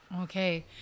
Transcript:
Okay